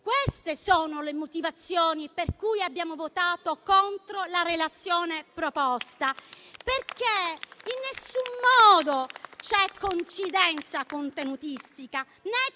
Queste sono le motivazioni per cui abbiamo votato contro la relazione proposta. In nessun modo c'è coincidenza contenutistica, né